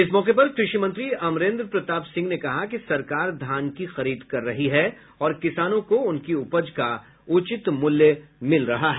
इस मौके पर कृषि मंत्री अमरेन्द्र प्रताप सिंह ने कहा कि सरकार धान की खरीद कर रही है और किसानों को उनकी उपज का उचित मूल्य मिल रहा है